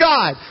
God